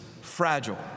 fragile